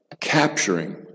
capturing